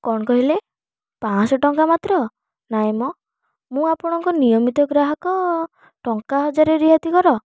କ'ଣ କହିଲେ ପାଞ୍ଚଶହ ଟଙ୍କା ମାତ୍ର ନାଇଁ ମ ମୁଁ ଆପଣଙ୍କର ନିୟମିତ ଗ୍ରାହକ ଟଙ୍କା ହଜାର ରିହାତି କର